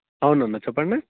అవును అన్న చెప్పండి